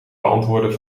beantwoorden